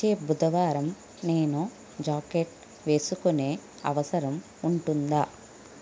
వచ్చే బుధవారం నేను జాకెట్ వేసుకొనే అవసరం ఉంటుందా